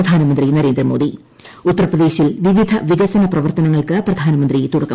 പ്രധാനമന്ത്രി നരേന്ദ്രമോദി ഉത്തർപ്രദേശിൽ വിവിധ വികസനപ്രവർത്തനങ്ങൾക്ക് പ്രധാനമന്ത്രി തൂടക്കം കൂറിച്ചു